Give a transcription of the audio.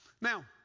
Now